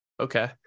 Okay